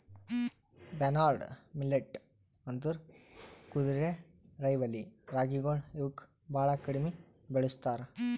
barnyard millet ಅಂದುರ್ ಕುದುರೆರೈವಲಿ ರಾಗಿಗೊಳ್ ಇವುಕ್ ಭಾಳ ಕಡಿಮಿ ಬೆಳುಸ್ತಾರ್